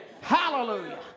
Hallelujah